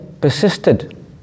persisted